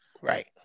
Right